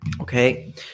Okay